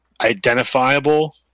identifiable